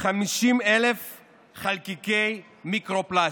50,000 חלקיקי מיקרו-פלסטיק,